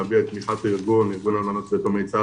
להביע את תמיכת ארגון אלמנות ויתומי צה"ל